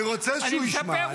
אני רוצה שהוא ישמע.